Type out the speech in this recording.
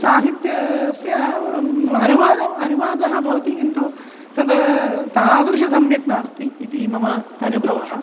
साहित्यस्य अनुवादः अनुवादः भवति किन्तु तद् तादृशः सम्यक् नास्ति इति मम अनुभवः